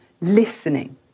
listening